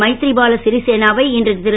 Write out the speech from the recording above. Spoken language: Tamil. மைதரிபால சிறிசேனாவை இன்று திரு